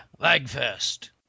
Lagfest